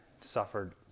suffered